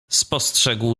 spostrzegł